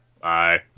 Bye